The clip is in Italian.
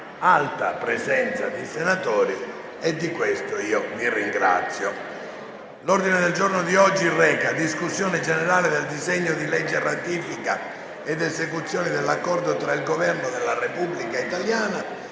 un'alta presenza di senatori e di questo vi ringrazio.